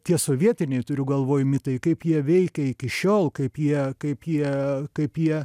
tie sovietiniai turiu galvoj mitai kaip jie veikia iki šiol kaip jie kaip jie kaip jie